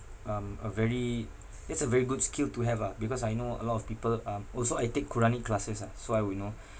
um a very that's a very good skill to have ah because I know a lot of people um also I take quranic classes ah so I would know